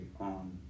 on